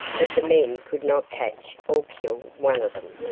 but the men could not catch or kill one of them.